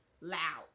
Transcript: Loud